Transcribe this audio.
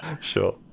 Sure